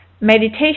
meditation